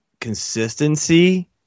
consistency